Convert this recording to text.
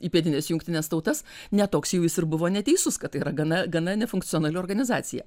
įpėdinės jungtines tautas ne toks jau visur buvo neteisus kad tai yra gana gana nefunkcionali organizacija